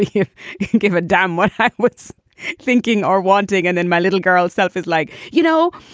if you don't give a damn what backwards thinking or wanting and then my little girl self is like, you know,